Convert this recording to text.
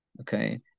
Okay